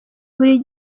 buri